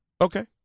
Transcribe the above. Okay